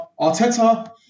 Arteta